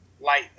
light